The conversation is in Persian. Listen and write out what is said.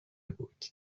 بود